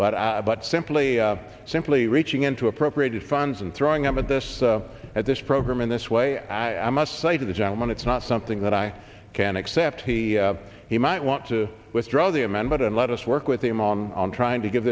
but i but simply simply reaching into appropriated funds and throwing them at this at this program in this way i must say to the gentleman it's not something that i can accept he he might want to withdraw the amendment and let us work with him on on trying to give